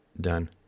done